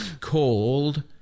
called